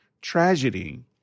tragedy